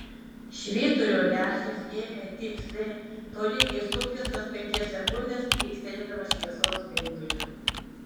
švyturio lęšis ėmė tiksliai tolygiai suktis kas penkias sekundes plykstelėdamas šviesos spinduliu